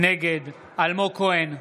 נגד אלמוג כהן,